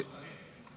כבוד השרים.